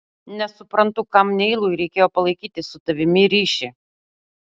nesuprantu kam neilui reikėjo palaikyti su tavimi ryšį